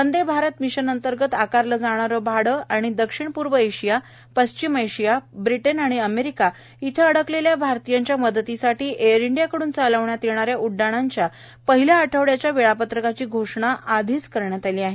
Vande Bharat mission अंतर्गत आकारले जाणारे भाडे आणि दक्षिण पूर्व आशिया पश्चिम आशिया ब्रिटन आणि अमेरिका येथे अडकलेल्या भारतीयांच्या मदतीसाठी एअर इंडियाकड्न चालवण्यात येणाऱ्या उड़डाणांच्या पहिल्या आठवड़याच्या वेळापत्रकाची घोषणा आधीच करण्यात आली आहे